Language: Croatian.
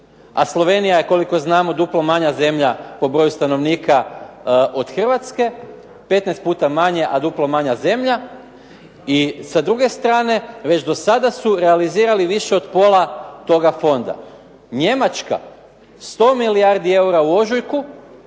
a Slovenija je koliko znamo duplo manja zemlja po broju stanovnika od Hrvatske, 15 puta manje, a duplo manja zemlja. I sa druge strane već dosada su realizirali više od pola toga fonda. Njemačka, 100 milijardi eura u ožujku.